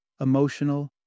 emotional